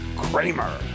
kramer